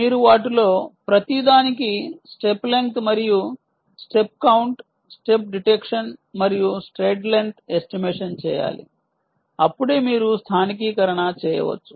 మీరు వాటిలో ప్రతిదానికి స్టెప్ లెంగ్త్ మరియు స్టెప్ కౌంట్ స్టెప్ డిటెక్షన్ మరియు స్ట్రైడ్ లెంగ్త్ ఎస్టిమేషన్ చేయాలి అప్పుడే మీరు స్థానికీకరణ చేయవచ్చు